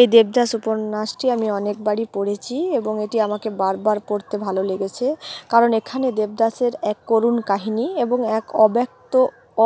এই দেবদাস উপন্যাসটি আমি অনেকবারই পড়েছি এবং এটি আমাকে বারবার পড়তে ভালো লেগেছে কারণ এখানে দেবদাসের এক করুণ কাহিনি এবং এক অব্যক্ত